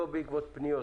לא בעקבות פניות,